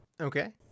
Okay